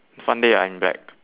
fun day I'm back